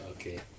okay